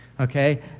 Okay